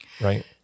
right